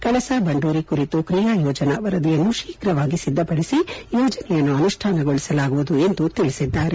ಕಳಸಾ ಬಂಡೂರಿ ಕುರಿತು ಕ್ರಿಯಾ ಯೋಜನಾ ವರದಿಯನ್ನು ಶೀಘವಾಗಿ ಸಿದ್ಧಪಡಿಸಿ ಯೋಜನೆಯನ್ನು ಅನುಷ್ಠಾನಗೊಳಿಸಲಾಗುವುದು ಎಂದು ತಿಳಿಸಿದ್ದಾರೆ